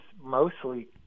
mostly